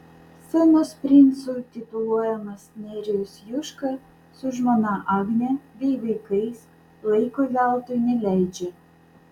scenos princu tituluojamas nerijus juška su žmona agne bei vaikais laiko veltui neleidžia